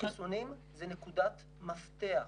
החיסונים הם נקודת מפתח.